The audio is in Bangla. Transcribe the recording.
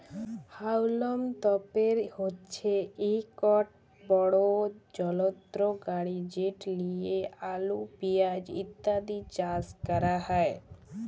হাউলম তপের হছে ইকট বড় যলত্র গাড়ি যেট লিঁয়ে আলু পিয়াঁজ ইত্যাদি চাষ ক্যরা হ্যয়